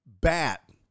bat